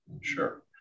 Sure